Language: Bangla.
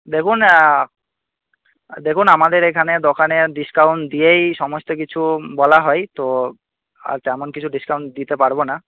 দেখুন দেখুন আমাদের এখানে দোকানে ডিসকাউন্ট দিয়েই সমস্ত কিছু বলা হয় তো তেমন কিছু ডিসকাউন্ট দিতে পারব না